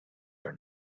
are